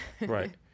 Right